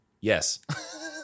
Yes